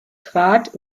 trat